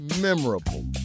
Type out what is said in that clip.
Memorable